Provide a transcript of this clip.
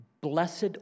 blessed